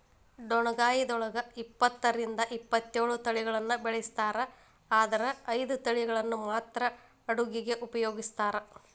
ಡೊಣ್ಣಗಾಯಿದೊಳಗ ಇಪ್ಪತ್ತರಿಂದ ಇಪ್ಪತ್ತೇಳು ತಳಿಗಳನ್ನ ಬೆಳಿಸ್ತಾರ ಆದರ ಐದು ತಳಿಗಳನ್ನ ಮಾತ್ರ ಅಡುಗಿಗ ಉಪಯೋಗಿಸ್ತ್ರಾರ